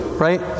Right